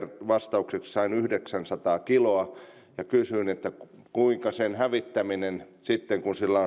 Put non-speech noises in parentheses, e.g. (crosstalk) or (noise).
vastaukseksi sain että yhdeksänsataa kiloa ja kun kysyin kuinka sen hävittäminen sitten tapahtuu kun sillä (unintelligible)